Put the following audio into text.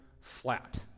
flat